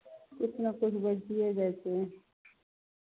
किछु ने किछु बचिए जाइ छै